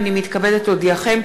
הנני מתכבדת להודיעכם,